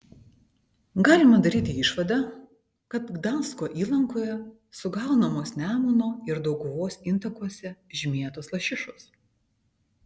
galima daryti išvadą kad gdansko įlankoje sugaunamos nemuno ir dauguvos intakuose žymėtos lašišos